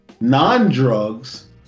non-drugs